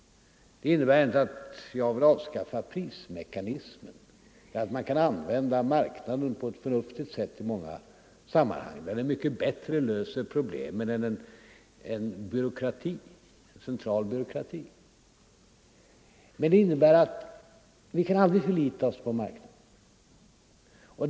Det innebär inte att jag vill avskaffa prismekanismen. Man kan använda marknaden på ett förnuftigt sätt i många sammanhang, där den mycket bättre löser problemen än en central byråkrati. Men vi kan aldrig förlita oss på marknaden.